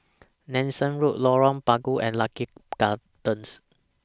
Nanson Road Lorong Bunga and Lucky Gardens